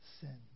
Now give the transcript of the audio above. sin